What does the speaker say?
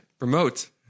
remote